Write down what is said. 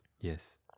Yes